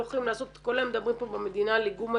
לא יכולים לעשות --- כל היום מדברים פה במדינה על איגום משאבים,